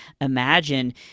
imagine